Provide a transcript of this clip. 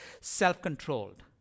self-controlled